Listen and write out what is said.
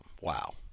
wow